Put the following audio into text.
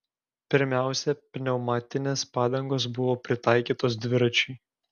pirmiausia pneumatinės padangos buvo pritaikytos dviračiui